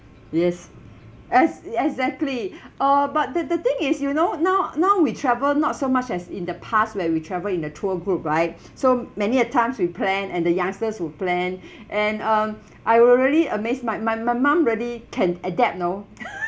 yes ex~ exactly uh but the the thing is you know now now we travel not so much as in the past where we travel in a tour group right so many a times we plan and the youngsters will plan and um I were really amazed my my my mum really can adapt know